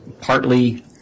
partly